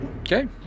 Okay